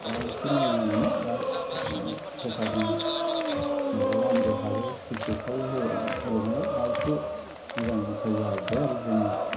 दा इसे मोजां जानानै दा सोरखारनि माबा बान्दोफोराबो स्लुइस गेटफ्राबो होबाय होबाय नालाय दा इसे मोजां उफाय जाबोबाय आरो जोंनियाव